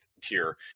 tier